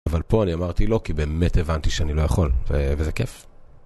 אבל פה אני אמרתי לא, כי באמת הבנתי שאני לא יכול, וזה כיף.